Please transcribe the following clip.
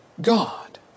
God